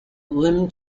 lim